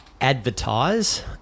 advertise